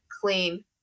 clean